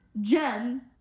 Jen